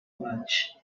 much